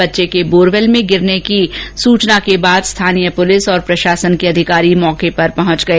बच्चे के बोरवेल में गिरने की सूचना पर स्थानीय पुलिस और प्रशासन के अधिकारी मौके पर पहुंच गए